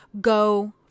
go